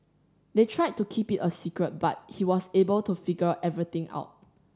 they tried to keep it a secret but he was able to figure everything out